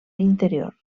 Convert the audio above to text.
interior